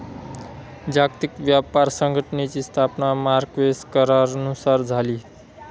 जागतिक व्यापार संघटनेची स्थापना मार्क्वेस करारानुसार झाली